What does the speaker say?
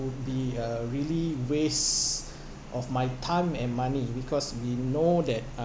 would be a really waste of my time and money because we know that